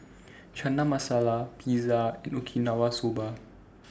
Chana Masala Pizza and Okinawa Soba